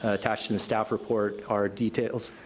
attached in the staff report are details,